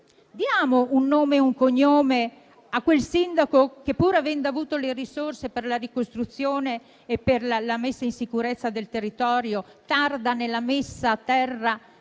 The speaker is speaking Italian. diamo un nome e un cognome a quel sindaco che, pur avendo avuto le risorse per la ricostruzione e per la messa in sicurezza del territorio, tarda nella messa a terra